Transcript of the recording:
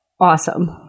Awesome